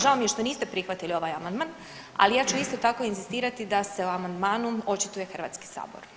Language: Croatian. Žao mi je što niste prihvatili ovaj amandman, ali ja ću isto tako inzistirati da se o amandmanu očituje HS.